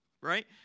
Right